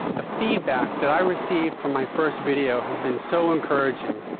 the feedback that i received from my first video has been so encouraging!